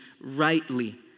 rightly